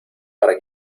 para